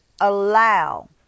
allow